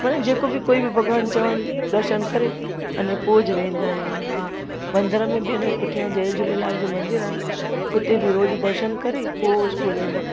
मन जेको बि कोई बि भॻिवान चवांनि दर्शन करे अने पोइ ज वेंदा आहिनि आ मंदर में भेण जे पुठियां जय झूलेलाल जो मंदरु आहे न उते बि रोज़ु दर्शन करे पोइ स्कूल वेंदा